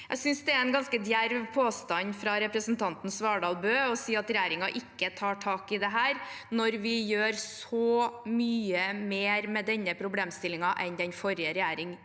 Jeg synes det er en ganske djerv påstand fra representanten Svardal Bøe å si at regjeringen ikke tar tak i dette når vi gjør så mye mer med denne problemstillingen enn den forrige regjeringen